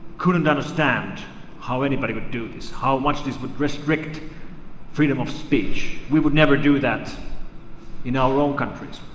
couldn't understand how anybody would do this, how much this would restrict freedom of speech. we would never do that in our own countries.